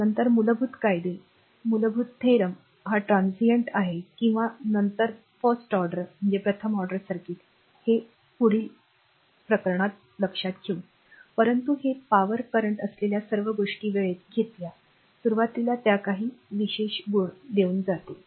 नंतर मूलभूत कायदे मूलभूत प्रमेय हा transient आहे किंवा फक्त प्रथम ऑर्डर सर्किट हे पुढील कॉल करेल परंतु हे पॉवर करेंट असलेल्या सर्व गोष्टी वेळेत घेतल्या सुरवातीला त्या काही विशेष गुण देईल